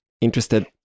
interested